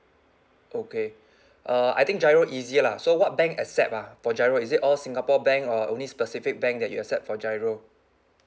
okay uh I think giro easier lah so what bank accept ah for giro is it all singapore bank or only specific bank that you accept for giro